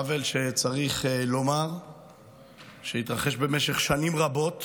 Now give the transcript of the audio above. עוול שצריך לומר שהתרחש במשך שנים רבות,